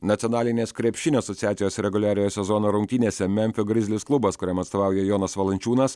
nacionalinės krepšinio asociacijos reguliariojo sezono rungtynėse memfio grizzlies klubas kuriam atstovauja jonas valančiūnas